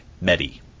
Medi